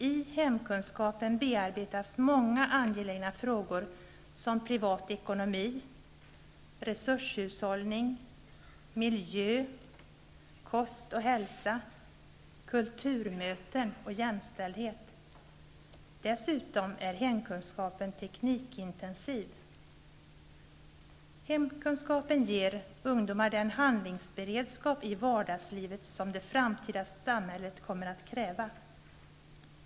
I hemkunskapen bearbetas många angelägna frågor som privat ekonomi, resurshushållning, miljö, kost och hälsa, kulturmöten och jämställdhet. Dessutom är hemkunskapen teknikintensiv. Hemkunskapen ger ungdomar den handlingsberedskap i vardagslivet som det framtida samhället kommer att kräva.